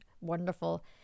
wonderful